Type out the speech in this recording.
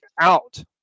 out